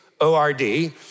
O-R-D